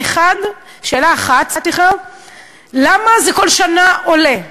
שאלה אחת, למה זה כל שנה עולה?